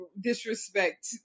Disrespect